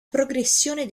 progressione